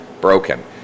broken